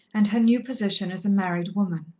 and her new position as a married woman.